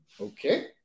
Okay